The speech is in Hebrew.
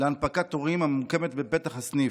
להנפקת תורים הממוקמת בפתח הסניף,